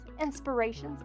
inspirations